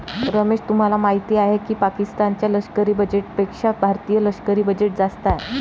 रमेश तुम्हाला माहिती आहे की पाकिस्तान च्या लष्करी बजेटपेक्षा भारतीय लष्करी बजेट जास्त आहे